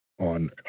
on